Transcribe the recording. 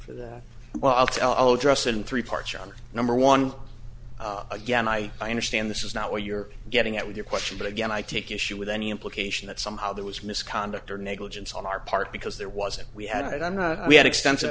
for that well i'll tell address in three parts on number one again i understand this is not what you're getting at with your question but again i take issue with any implication that somehow there was misconduct or negligence on our part because there wasn't we had and we had extensive